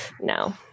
No